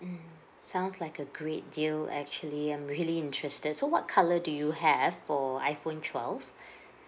mm sounds like a great deal actually I'm really interested so what colour do you have for iphone twelve